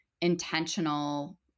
intentional